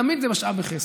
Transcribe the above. תמיד זה משאב בחסר,